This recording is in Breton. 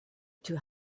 teu